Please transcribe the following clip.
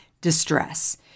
distress